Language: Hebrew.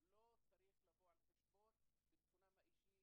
נשארה רק לוחמת אחת בקו הזה,